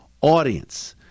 audience